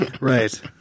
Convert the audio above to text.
Right